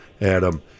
Adam